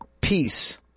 peace